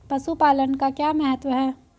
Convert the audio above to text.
पशुपालन का क्या महत्व है?